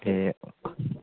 ए